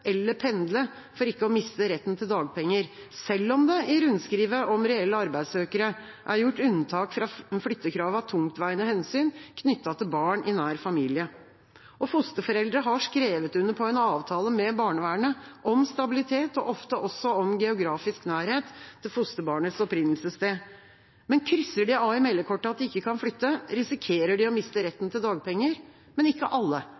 eller pendle for ikke å miste retten til dagpenger, selv om det i rundskrivet om reelle arbeidssøkere er gjort unntak fra flyttekravet av tungtveiende hensyn knyttet til barn i nær familie. Fosterforeldre har skrevet under på en avtale med barnevernet om stabilitet og ofte også om geografisk nærhet til fosterbarnets opprinnelsessted. Men krysser de av i meldekortet at de ikke kan flytte, risikerer de å miste retten til dagpenger. Men ikke alle,